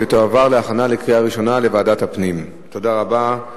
לדיון מוקדם בוועדת הפנים והגנת